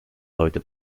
heute